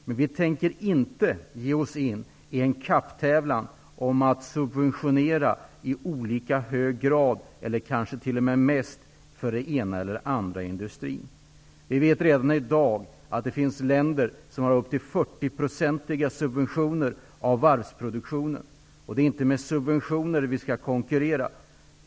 Men vi tänker inte ge oss in i en kapptävlan om att i olika hög grad eller kanske t.o.m. mest subventionera den ena eller andra industrin. Vi vet att det redan i dag finns länder som har upp till 40 procentiga subventioner av varvsproduktionen, men det är inte med subventioner som vi skall konkurrera.